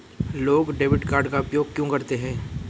लोग debit card का उपयोग क्यों करते हैं?